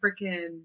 freaking